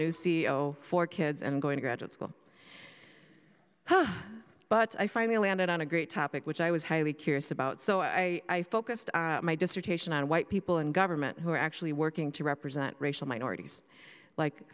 new c e o for kids and going to graduate school but i finally landed on a great topic which i was highly curious about so i focused my dissertation on white people in government who are actually working to represent racial minorities like